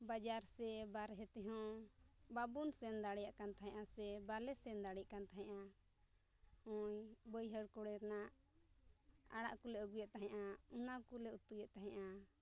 ᱵᱟᱡᱟᱨ ᱥᱮ ᱵᱟᱦᱨᱮ ᱛᱮᱦᱚᱸ ᱵᱟᱵᱚᱱ ᱥᱮᱱ ᱫᱟᱲᱮᱭᱟᱜ ᱠᱟᱱ ᱛᱟᱦᱮᱱᱟᱥᱮ ᱵᱟᱞᱮ ᱥᱮᱱ ᱫᱟᱲᱮᱭᱟᱜ ᱛᱟᱦᱮᱸᱜᱼᱟ ᱱᱚᱜᱼᱚᱸᱭ ᱵᱟᱹᱭᱦᱟᱹᱲ ᱠᱚᱨᱮᱱᱟᱜ ᱟᱲᱟᱜ ᱠᱚᱞᱮ ᱟᱹᱜᱩᱭᱮᱫ ᱛᱟᱦᱮᱱᱟ ᱚᱱᱟ ᱠᱚᱞᱮ ᱩᱛᱩᱭᱮᱫ ᱛᱟᱦᱮᱜᱼᱟ